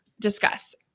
discuss